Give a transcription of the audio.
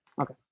Okay